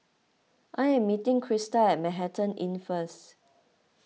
I am meeting Crysta at Manhattan Inn first